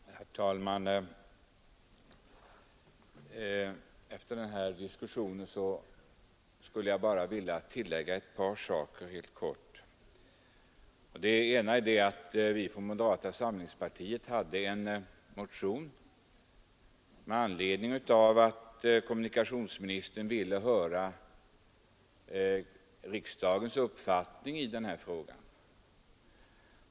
Herr talman! Efter den här diskussionen skulle jag bara vilja tillägga ett par saker helt kort. Från moderata samlingspartiet väckte vi en motion med anledning av att kommunikationsministern ville höra riksdagens uppfattning i den här frågan.